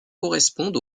correspondent